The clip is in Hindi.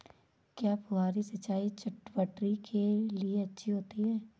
क्या फुहारी सिंचाई चटवटरी के लिए अच्छी होती है?